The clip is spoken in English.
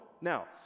Now